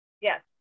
Yes